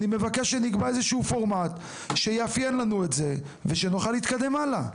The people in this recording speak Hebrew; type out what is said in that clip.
אני מבקש שנקבע איזשהו פורמט שיאפיין לנו את זה ושנוכל להתקדם הלאה.